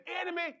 enemy